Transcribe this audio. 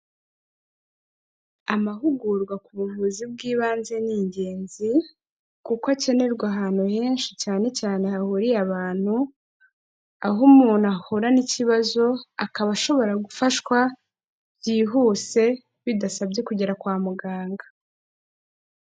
Amahugurwa ku buvuzi bw'ibanze ni ingenzi kuko akenerwa ahantu henshi cyane cyane hahuriye abantu, aho umuntu ahura n'ikibazo akaba ashobora gufashwa byihuse bidasabye kugera kwa muganga.